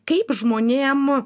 kaip žmonėm